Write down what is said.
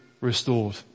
restored